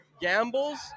Gambles